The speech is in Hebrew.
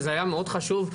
וזה היה מאוד חשוב,